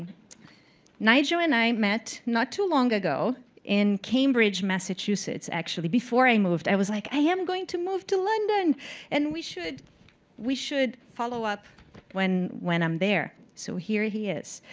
nigel and i met not too long ago in cambridge, massachusetts, actually, before i moved. i was like, i am going to move to london and we should we should follow up when when i'm there. so here he is.